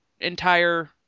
entire